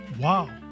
wow